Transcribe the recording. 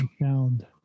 found